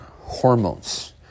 hormones